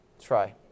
Try